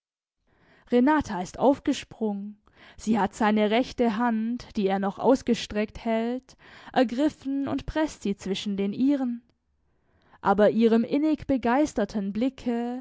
renata ist aufgesprungen sie hat seine rechte hand die er noch ausgestreckt hält ergriffen und preßt sie zwischen den ihren aber ihrem innigbegeisterten blicke